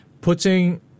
putting